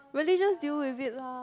really just deal with it lah